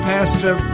Pastor